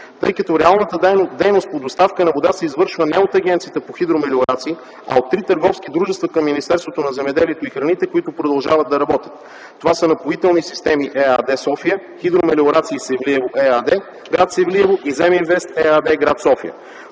тъй като реалната дейност по доставка на вода се извършва не от Агенцията по хидромелиорации, а от три търговски дружества към Министерството на земеделието и храните, които продължават да работят. Това са: „Напоителни системи” ЕАД, София, „Хидромелиорации – Севлиево” ЕАД, гр. Севлиево и „Земинвест” ЕАД, гр. София.